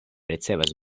ricevas